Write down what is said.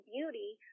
Beauty